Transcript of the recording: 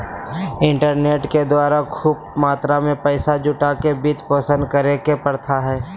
internet के द्वारा खूब मात्रा में पैसा जुटा के वित्त पोषित करे के प्रथा हइ